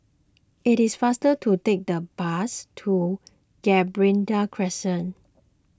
it is faster to take the bus to Gibraltar Crescent